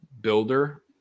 builder